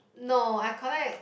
no I collect